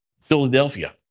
Philadelphia